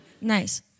Nice